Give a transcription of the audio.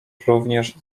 również